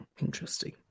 Interesting